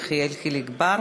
יחיאל חיליק בר,